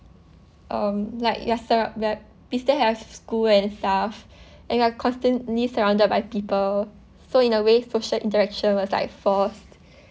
um like we're surr~ we still have school and stuff and constantly surrounded by people so in a way social interaction was like forced